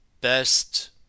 best